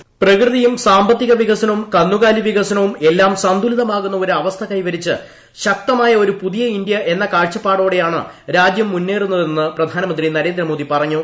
voice പ്രകൃതിയും സാമ്പത്തിക വികസ്യമ്പുര് കന്നുകാലി വികസനവും എല്ലാം സന്തുലിതമാകുന്ന ഒരു അവ്രസ്ഥ കൈവരിച്ച് ശക്തമായ ഒരു പുതിയ ഇന്ത്യ എന്ന് ക്കാഴ്ചപ്പാടോടെയാണ് രാജ്യം മുന്നേറുന്നതെന്ന് പ്രധാനമ്പ്രി നരേന്ദ്രമോദി പറഞ്ഞു